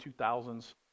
2000s